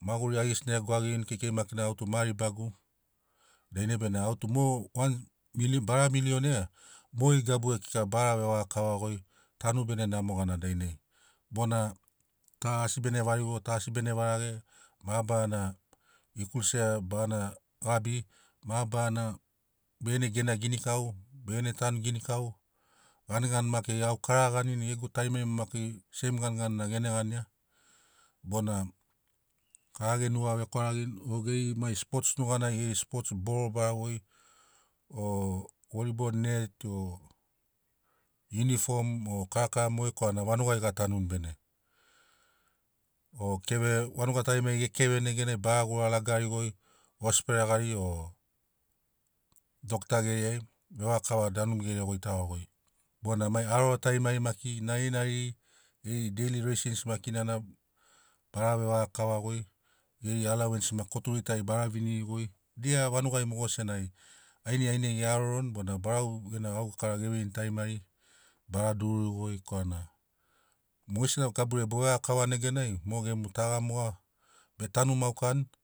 maguri kamasi na e gwagigini kekei maki na ma ribagu dainai benamo au tum o wans mili bara millionea mogeri gabuai kika bara vevaga kava goi tanu bene namo gana dainai bona ta asi bene varigo ta asi bene varage mabarana ikul sea bagana gabi mabarana begene gena ginikau begene tanu ginikau ganigani maki au kara a ganini gegu tarimari maki seim ganiganina gene gania bona kara ge nuga vekwaragirini o geri mai spots nuganai geri spots boro bara voi o voli bolo net o unifom o karakara mogeri korana vanugai ga tanuni bene o keve vanugai tarimari ge keveni neganai bara gura ragarigoi osfere gari o dokta geri ai vevaka danu gere goitago goi bona mai aroro tarimari maki narinariri geri geri deili reisins makina na bara veva kava goi geri alauens maki koturi tari bara viniri goi dia vanugai mogo senagi ainai ainai ge aroroni bona barau gena gaukara ge veirini tarimari bara dururi goi korana mogesina gaburiai bo vevaga kavani neganai mo gemu taga moga be tanu maukaiani.